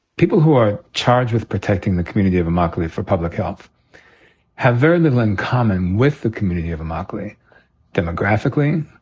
people who are charged with protecting the community of immokalee for public health have very little in common with the community of immokalee demographically,